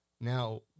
Now